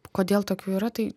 kodėl tokių yra tai